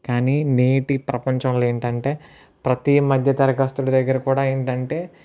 కానీ నేటి ప్రపంచంలో ఏంటంటే ప్రతి మధ్య తరగస్థుడి దగ్గర కూడా ఏంటంటే